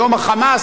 היום ה"חמאס",